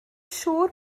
siŵr